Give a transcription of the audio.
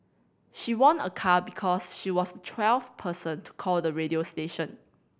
she won a car because she was twelfth person to call the radio station